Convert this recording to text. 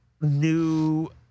new